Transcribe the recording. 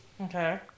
Okay